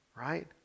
right